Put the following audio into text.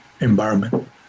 environment